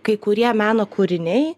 kai kurie meno kūriniai